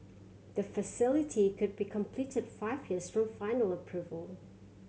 the facility could be completed five years from final approval